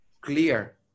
clear